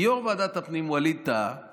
כי יו"ר ועדת הפנים ווליד טאהא